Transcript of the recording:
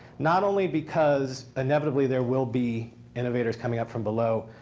not only because, inevitably, there will be innovators coming up from below,